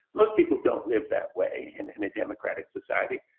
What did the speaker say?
most people don't live that way in in a democratic society,